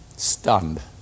Stunned